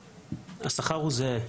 השכר הוא זהה.